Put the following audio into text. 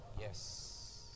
Yes